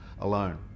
alone